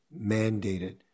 mandated